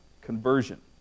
conversion